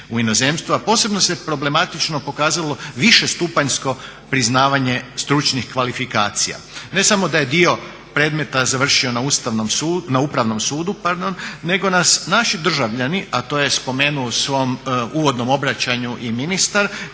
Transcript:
u inozemstvu, a posebno se problematično pokazalo višestupanjsko priznavanje stručnih kvalifikacija. Ne samo da je dio predmeta završio na Upravnom sudu nego nas naši državljani, a to je spomenuo u svom uvodnom obraćanju i ministar,